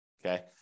Okay